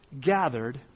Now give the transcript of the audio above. gathered